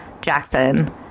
Jackson